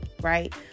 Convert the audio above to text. right